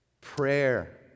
prayer